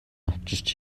авчирч